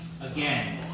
again